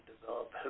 develop